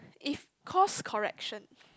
if cause correction